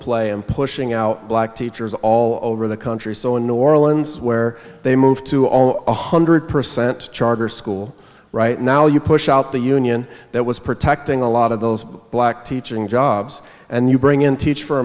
play in pushing out black teachers all over the country so in new orleans where they move to all one hundred percent charter school right now you push out the union that was protecting a lot of those black teaching jobs and you bring in teach for